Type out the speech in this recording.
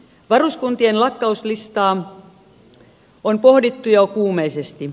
varuskuntien lakkautuslistaa on pohdittu jo kuumeisesti